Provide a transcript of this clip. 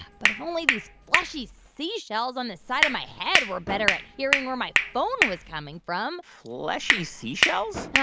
but if only these fleshy seashells on the side of my head were better at hearing where my phone was coming from. fleshy seashells?